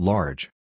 Large